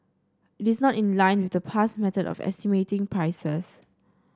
it is not in line with the past method of estimating prices